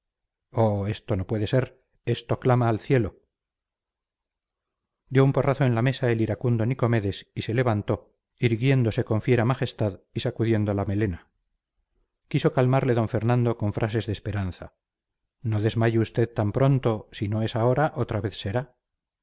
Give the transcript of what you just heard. oh esto no puede ser esto clama al cielo dio un porrazo en la mesa el iracundo nicomedes y se levantó irguiéndose con fiera majestad y sacudiendo la melena quiso calmarle d fernando con frases de esperanza no desmaye usted tan pronto si no es ahora otra vez será